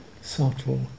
subtle